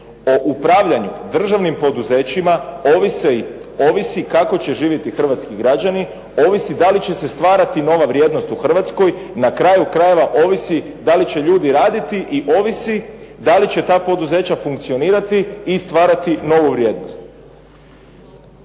O upravljanju državnim poduzećima ovisi kako će živjeti hrvatski građani, ovisi da li će se stvarati nova vrijednost u Hrvatskoj, na kraju krajeva ovisi da li će ljudi raditi i ovisi da li će ta poduzeća funkcionirati i stvarati novu vrijednost.